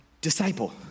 Disciple